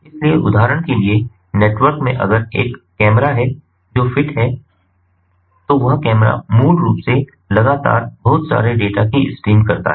इसलिए उदाहरण के लिए नेटवर्क में अगर एक कैमरा है जो फिट है तो वह कैमरा मूल रूप से लगातार बहुत सारे डेटा की स्ट्रीम करता है